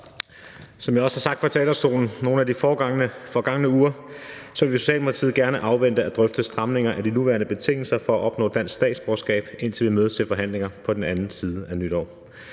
Som jeg også har sagt fra talerstolen nogle af de forgangne uger, vil Socialdemokratiet gerne afvente at drøfte stramninger af de nuværende betingelser for at opnå dansk statsborgerskab, indtil vi mødes til forhandlinger på den anden side af nytår.